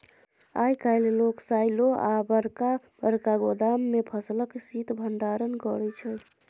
आइ काल्हि लोक साइलो आ बरका बरका गोदाम मे फसलक शीत भंडारण करै छै